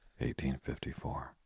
1854